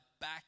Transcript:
back